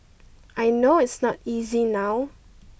I know it's not easy now